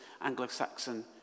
Anglo-Saxon